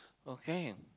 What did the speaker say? okay